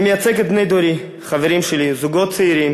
אני מייצג את בני דורי, חברים שלי, זוגות צעירים